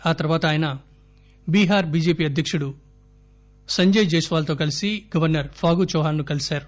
ఆ తర్వాత ఆయన చీహార్ బిజెపి అధ్యకుడు సంజయ్ జైశ్వాల్ తో కలసి గవర్సర్ ఫాగూ చౌహాన్ ను కలిసారు